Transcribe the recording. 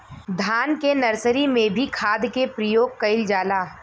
धान के नर्सरी में भी खाद के प्रयोग कइल जाला?